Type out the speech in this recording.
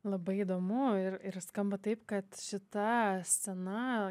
labai įdomu ir ir skamba taip kad šita scena